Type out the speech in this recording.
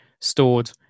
stored